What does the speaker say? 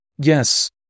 yes